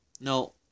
No